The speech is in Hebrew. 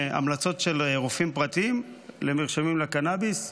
המלצות של רופאים פרטיים למרשמים לקנאביס.